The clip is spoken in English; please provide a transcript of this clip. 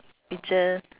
picture